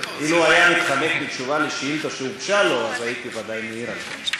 וממשיך להתחמש לנגד עינינו ולחפור את מנהרות המחר בעוד